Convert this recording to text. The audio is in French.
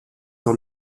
dans